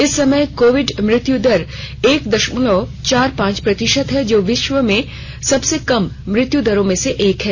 इस समय कोविड मृत्यु दर एक दशमलव चार पांच प्रतिशत है जो विश्व में सबसे कम मृत्यु दरों में से एक है